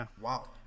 wow